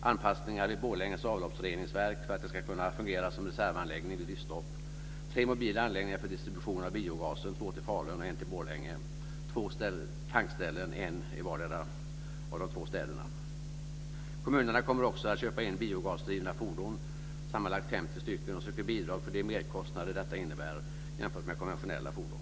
anpassningar i Borlänges avloppsreningsverk för att det ska kunna fungera som reservanläggning vid driftstopp, tre mobila anläggningar för distribution av biogasen, två till Falun och en till Borlänge, samt två tankställen, en i vardera av de två städerna. Kommunerna kommer också att köpa in biogasdrivna fordon, sammanlagt 50 stycken, och söker bidrag för de merkostnader det innebär jämfört med konventionella fordon.